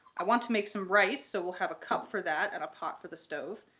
i want to make some rice, so we'll have a cup for that and a pot for the stove.